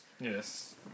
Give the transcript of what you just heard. Yes